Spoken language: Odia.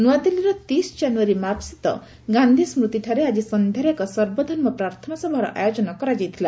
ନୂଆଦିଲ୍ଲୀର ତିସ୍ କାନୁଆରୀ ମାର୍ଗ ସ୍ଥିତ ଗାନ୍ଧି ସ୍କୃତିଠାରେ ଆଜି ସନ୍ଧ୍ୟାରେ ଏକ ସର୍ବଧର୍ମ ପ୍ରାର୍ଥନା ସଭାର ଆୟୋଜନ କରାଯାଇଥିଲା